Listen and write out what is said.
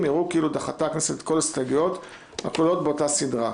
יראו כאילו דחתה הכנסת את כל ההסתייגויות הכלולות באותה סדרה,